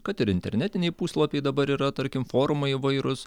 kad ir internetiniai puslapiai dabar yra tarkim forumai įvairūs